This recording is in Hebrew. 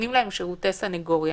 נותנים להם שירותי סנגוריה.